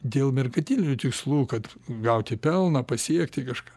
dėl merkantilinių tikslų kad gauti pelną pasiekti kažką